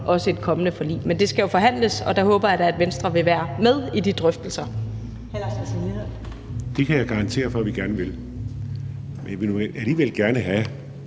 for et kommende forlig. Men det skal jo forhandles, og der håber jeg da, at Venstre vil være med i de drøftelser.